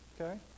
okay